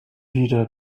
wieder